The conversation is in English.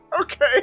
Okay